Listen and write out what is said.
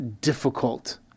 difficult